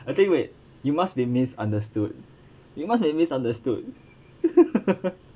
okay wait you must be misunderstood you must be misunderstood